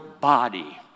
body